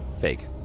Fake